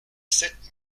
sept